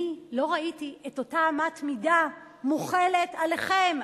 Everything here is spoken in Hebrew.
אני לא ראיתי את אותה אמת מידה מוחלת עליכם,